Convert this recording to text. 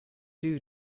due